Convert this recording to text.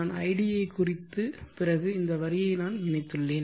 நான் id ஐ குறித்து பிறகு இந்த வரியை நான் இணைத்துள்ளேன்